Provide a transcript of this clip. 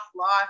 life